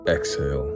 exhale